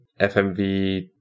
FMV